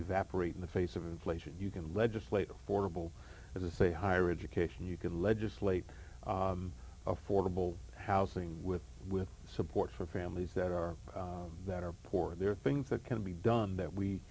evaporating the face of inflation you can legislate affordable to say higher education you can legislate affordable housing with with support for families that are that are poor there are things that can be done that we